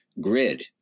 grid